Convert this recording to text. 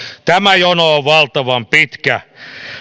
tämä jono on valtavan pitkä